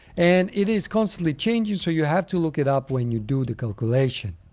and it is constantly changing, so you have to look it up when you do the calculation.